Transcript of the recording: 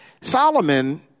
Solomon